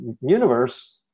universe